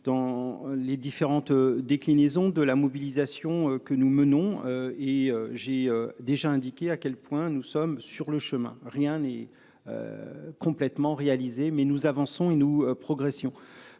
dans les différentes déclinaisons de la mobilisation que nous menons et j'ai déjà indiqué à quel point nous sommes sur le chemin. Rien n'est. Complètement réalisé mais nous avançons et nous progressions